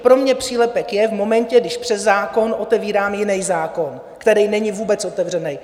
Pro mě přílepek je v momentě, když přes zákon otevírám jiný zákon, který není vůbec otevřený.